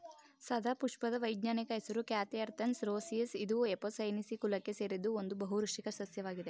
ಸದಾಪುಷ್ಪದ ವೈಜ್ಞಾನಿಕ ಹೆಸರು catharanthus roseus ಇದು ಎಪೋಸೈನೇಸಿ ಕುಲಕ್ಕೆ ಸೇರಿದ್ದು ಒಂದು ಬಹುವಾರ್ಷಿಕ ಸಸ್ಯವಾಗಿದೆ